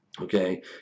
okay